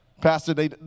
Pastor